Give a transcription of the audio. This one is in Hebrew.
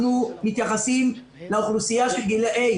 אנחנו מתייחסים לאוכלוסייה של גילאי